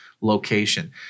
location